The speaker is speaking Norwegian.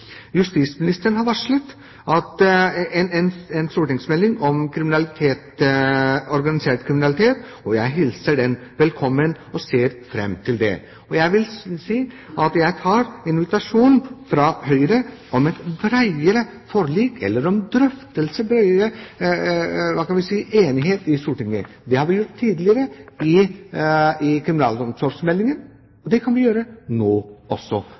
Justisministeren har varslet en stortingsmelding om organisert kriminalitet, og jeg hilser den velkommen og ser fram til det. Og jeg vil si at jeg tar imot invitasjonen fra Høyre om et bredere forlik, eller om drøftelse for å oppnå enighet i Stortinget. Det har vi gjort tidligere i forbindelse med kriminalomsorgsmeldingen, og det kan vi gjøre nå også.